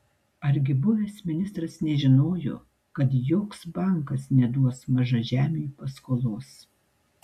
argi buvęs ministras nežinojo kad joks bankas neduos mažažemiui paskolos